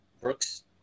Brooks